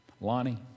Lonnie